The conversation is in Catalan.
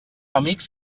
amics